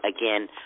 Again